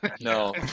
No